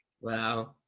Wow